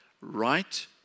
right